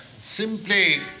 simply